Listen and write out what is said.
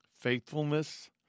Faithfulness